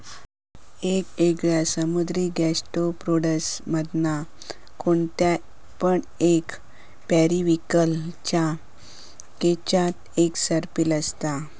येगयेगळे समुद्री गैस्ट्रोपोड्स मधना कोणते पण एक पेरिविंकल केच्यात एक सर्पिल असता